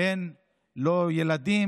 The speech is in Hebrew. נדמה לי,